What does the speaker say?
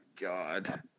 God